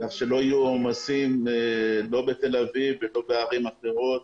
כך שלא יהיו עומסים לא בתל אביב ולא בערים אחרות.